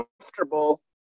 comfortable